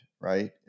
right